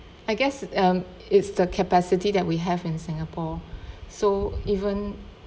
I guess um it's the capacity that we have in singapore so even